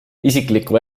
isiklikku